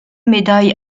médaille